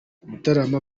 mutarama